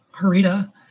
Harita